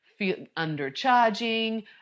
undercharging